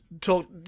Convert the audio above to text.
talk